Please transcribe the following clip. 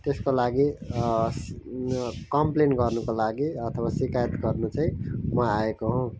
त्यसको लागि कमप्लेन गर्नुको लागि अथवा सिकायत गर्नु चाहिँ म आएको हुँ